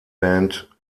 band